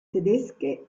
tedesche